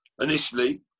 initially